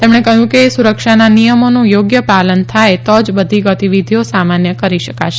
તેમણે ઉમેર્યું કે સુરક્ષાના નિયમોનું યોગ્ય પાલન થાય તો જ બધી ગતિવિધિઓ સામાન્ય કરી શકાશે